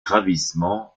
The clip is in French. ravissement